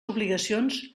obligacions